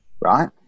right